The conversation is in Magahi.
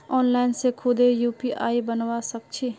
आनलाइन से खुदे यू.पी.आई बनवा सक छी